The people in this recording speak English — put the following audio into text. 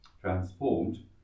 transformed